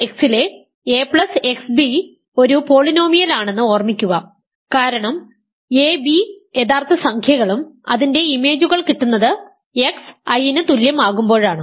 R ലെ axb ഒരു പോളിനോമിയലാണെന്ന് ഓർമ്മിക്കുക കാരണം ab യഥാർത്ഥ സംഖ്യകളും അതിന്റെ ഇമേജുകൾ കിട്ടുന്നത് x i ന് തുല്യം ആകുമ്പോഴാണ്